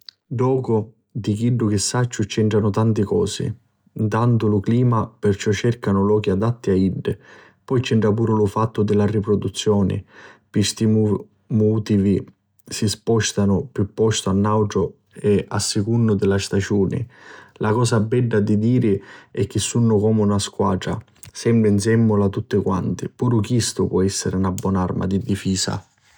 Ddocu, di chiddu chi sacciu c'entranu tanti cosi: ntantu lu clima, perciò cercanu lochi adatti a iddi, poi c'entra puru lu fattu di la riproduzioni. Pi sti mutivi si spostanu di un postu a nàutru a secunnu di li staciuni. La cosa bedda di diri è chi sunnu comu na squatra, sempri nsèmmula tutti quanti, puru chista po essiri na bona arma di difisa.